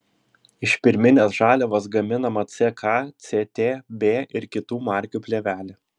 iš pirminės žaliavos gaminama ck ct b ir kitų markių plėvelė